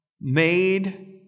made